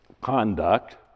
conduct